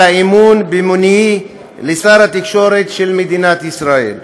על האמון במינויי לשר התקשורת של מדינת ישראל.